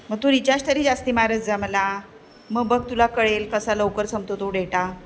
मग तू रिचार्ज तरी जास्ती मारत जा मला मग बघ तुला कळेल कसा लवकर संपतो तो डेटा